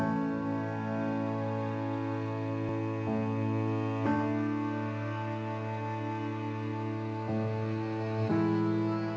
and